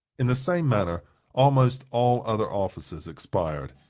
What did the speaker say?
in the same manner almost all other offices expired.